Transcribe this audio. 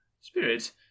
Spirit